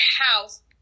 house